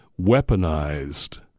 weaponized